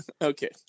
okay